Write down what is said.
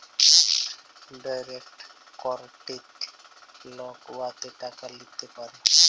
direct credit লক উয়াতে টাকা ল্যিতে পারে